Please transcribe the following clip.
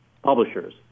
publishers